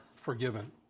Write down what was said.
forgiven